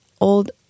old